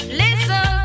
listen